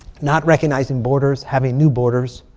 not recognizing borders. having new borders